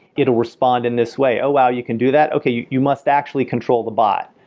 it'll respond in this way? oh, wow. you can do that? okay, you you must actually control the bot,